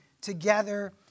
together